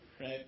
right